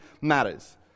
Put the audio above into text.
Matters